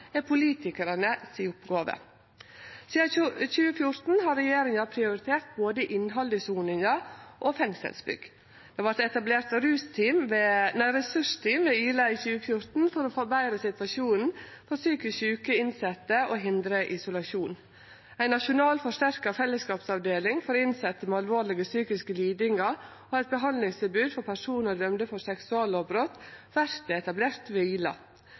er politikarane si oppgåve. Sidan 2014 har regjeringa prioritert både innhald i soninga og fengselsbygg. Det vart etablert ressursteam ved Ila i 2014 for å forbetre situasjonen for psykisk sjuke innsette og hindre isolasjon. Ei nasjonal forsterka fellesskapsavdeling for innsette med alvorlege psykiske lidingar og eit behandlingstilbod for personar dømde for seksuallovbrot vert etablert